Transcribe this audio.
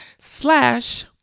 slash